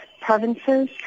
provinces